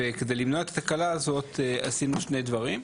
וכדי למנוע את התקלה הזאת עשינו שני דברים.